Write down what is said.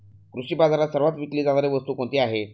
कृषी बाजारात सर्वात विकली जाणारी वस्तू कोणती आहे?